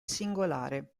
singolare